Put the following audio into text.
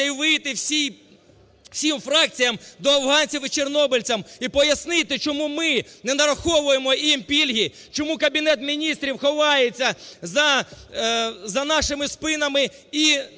і вийти всім фракціям до афганців і чорнобильців і пояснити, чому ми не нараховуємо їм пільги, чому Кабінет Міністрів ховається за нашими спинами і